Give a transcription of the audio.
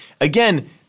again